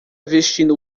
vestindo